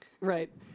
Right